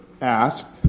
asked